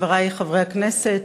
חברי חברי הכנסת,